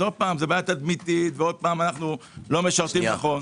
שוב, זה בעיה תדמיתית, ושוב אנחנו לא משרתים נכון.